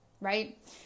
right